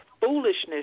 foolishness